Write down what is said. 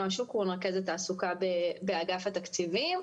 שמי נועה שוקרון ואני רכזת תעסוקה באגף התקציבים.